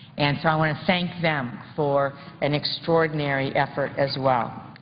and so i want to thank them for an extraordinary effort as well.